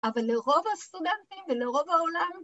אבל לרוב הסטודנטים ולרוב העולם